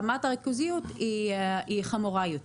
רמת הריכוזיות היא חמורה יותר.